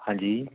ਹਾਂਜੀ